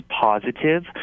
positive